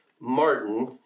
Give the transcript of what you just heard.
Martin